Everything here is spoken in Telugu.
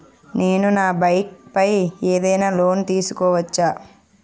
నేను నా బైక్ పై ఏదైనా లోన్ తీసుకోవచ్చా?